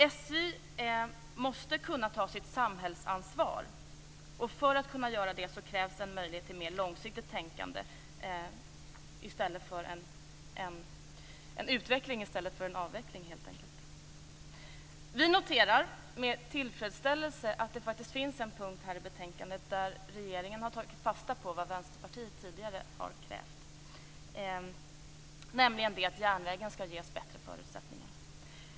SJ måste kunna ta sitt samhällsansvar. För att kunna göra det krävs en möjlighet till mer långsiktigt tänkande - en utveckling i stället för en avveckling helt enkelt. Vi i Vänsterpartiet noterar med tillfredsställelse att det faktiskt finns en punkt i betänkandet där regeringen har tagit fasta på vad vi tidigare har krävt, nämligen att järnvägen skall ges bättre förutsättningar.